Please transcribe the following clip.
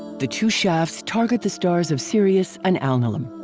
the two shafts target the stars of sirius and alnilam.